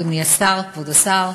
אדוני השר, כבוד השר,